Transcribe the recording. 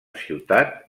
ciutat